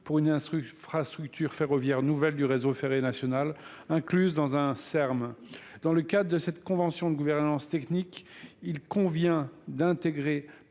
pour une infrastructure ferroviaire nouvelle du réseau ferré national incluse dans un Er m dans le cadre de cette convention de gouvernance technique il convient à l'égard